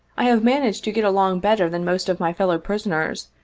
i have managed to get along better than most of my fellow prisoners,